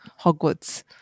Hogwarts